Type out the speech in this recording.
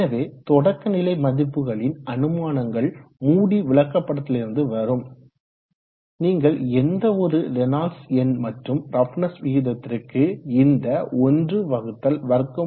எனவே தொடக்கநிலை மதிப்புகளின் அனுமானங்கள் மூடி விள்க்கப்படத்திலிருந்து வரும் நீங்கள் எந்தவொரு ரேனால்ட்ஸ் எண் மற்றும் ரஃப்னஸ் விகிதத்திற்கு இந்த 1√0